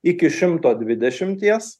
iki šimto dvidešimties